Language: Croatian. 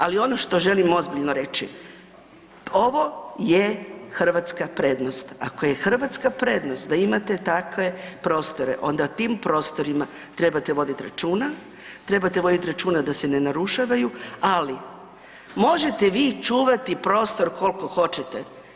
Ali ono što želim ozbiljno reći, ovo je hrvatska prednost, ako je hrvatska prednost da imate takve prostore, onda o tim prostorima trebate voditi računa, trebate voditi računa da se ne narušavaju, ali, možete vi čuvati prostor koliko hoćete.